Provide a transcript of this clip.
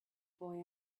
boy